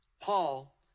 Paul